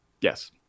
Yes